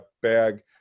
bag